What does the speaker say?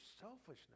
selfishness